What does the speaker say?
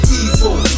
evil